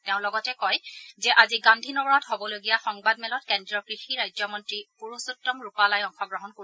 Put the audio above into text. তেওঁ লগতে কয় যে আজি গান্ধী নগৰত হ'বলগীয়া সংবাদমেলত কেন্দ্ৰীয় কৃষি ৰাজ্যমন্ত্ৰী পূৰুষোত্তম ৰূপালাই অংশগ্ৰহণ কৰিব